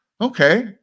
Okay